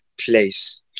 place